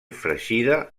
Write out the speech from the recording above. fregida